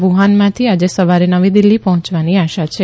વુહાનમાંથી આજે સવારે નવી દિલ્ફી પહોંચવાની આશા છે